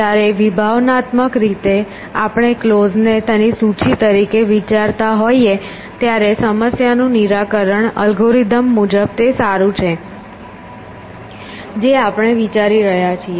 જ્યારે વિભાવનાત્મક રીતે આપણે ક્લોઝ ને તેની સૂચિ તરીકે વિચારતા હોઈએ ત્યારે સમસ્યાનું નિરાકરણ એલ્ગોરિધમ મુજબ તે સારું છે જે આપણે વિચારી રહ્યા છીએ